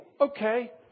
okay